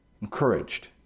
encouraged